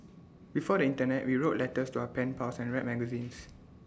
before the Internet we wrote letters to our pen pals and read magazines